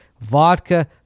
Vodka